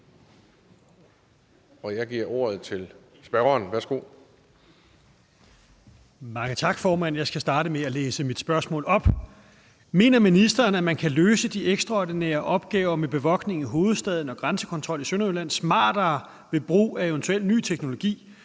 Kl. 17:07 Rasmus Prehn (S): Mange tak, formand. Jeg skal starte med at læse mit spørgsmål op. Mener ministeren, at man kan løse de ekstraordinære opgaver med bevogtning i hovedstaden og grænsekontrol i Sønderjylland smartere ved brug af eventuel ny teknologi,